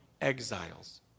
exiles